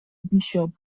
bishop